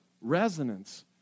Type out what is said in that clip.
resonance